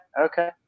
okay